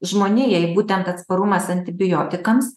žmonijai būtent atsparumas antibiotikams